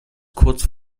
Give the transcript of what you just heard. kurz